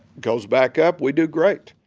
goes back up, we do great.